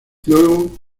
luego